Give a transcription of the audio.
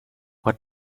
what